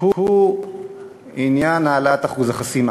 הוא עניין העלאת אחוז החסימה,